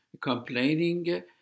complaining